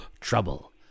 trouble